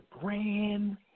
grand